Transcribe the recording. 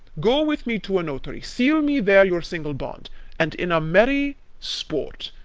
go with me to a notary, seal me there your single bond and, in a merry sport,